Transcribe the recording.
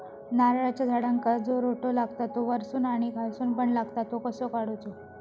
नारळाच्या झाडांका जो रोटो लागता तो वर्सून आणि खालसून पण लागता तो कसो काडूचो?